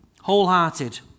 Wholehearted